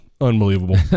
Unbelievable